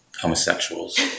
homosexuals